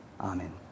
Amen